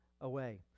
away